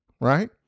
right